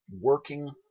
working